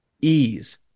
ease